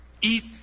Eat